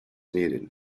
needed